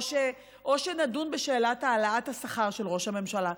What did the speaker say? או שנדון בשאלת העלאת השכר של ראש הממשלה,